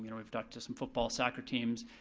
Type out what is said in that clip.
you know we've talked to some football, soccer teams,